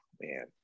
man